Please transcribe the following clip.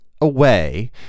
away